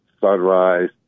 sunrise